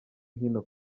hino